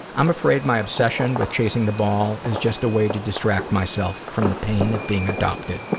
i'm afraid my obsession with chasing the ball is just a way to distract myself from the pain of being adopted.